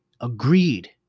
Agreed